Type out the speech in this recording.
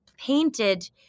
painted